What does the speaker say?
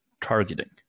targeting